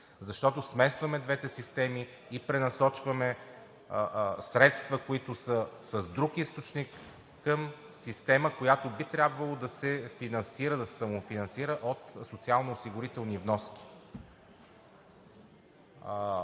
защото смесваме двете системи и пренасочваме средства, които са с друг източник, към система, която би трябвало да се самофинансира от социалноосигурителните вноски.